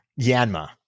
Yanma